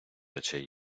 очей